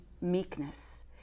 meekness